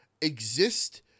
exist